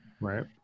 right